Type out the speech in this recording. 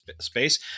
space